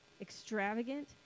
extravagant